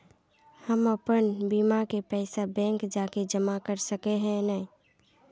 हम अपन बीमा के पैसा बैंक जाके जमा कर सके है नय?